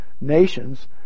nations